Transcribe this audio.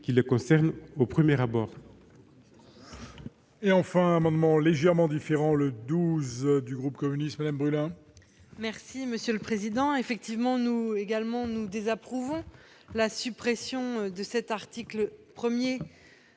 qui les concerne au premier chef.